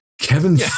Kevin